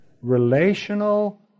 relational